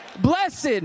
Blessed